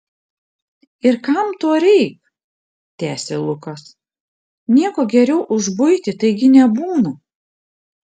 ir kam to reik tęsė lukas nieko geriau už buitį taigi nebūna